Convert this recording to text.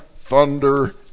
thunder